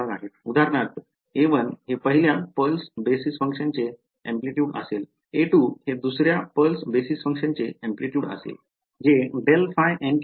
उदाहरणार्थ a1 हे पहिल्या पल्स बेस फंक्शनचे amplitude असेल a2 हे दुसर्या पल्स बेस फंक्शनचे amplitude असेल जे ∇ϕ